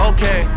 Okay